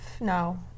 no